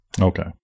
okay